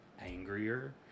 angrier